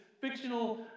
fictional